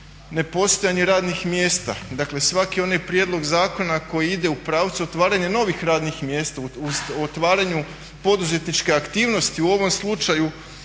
ne postojanje radnih mjesta. Dakle svaki onaj prijedlog zakona koji ide u pravcu otvaranja novih radnih mjesta u otvaranju poduzetničke aktivnosti u ovom slučaju